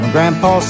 Grandpa